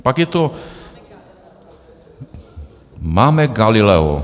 Pak je to máme Galileo.